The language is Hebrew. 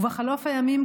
ובחלוף הימים,